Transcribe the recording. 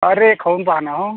अरे खाऊन पहा ना हो